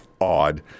odd